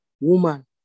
Woman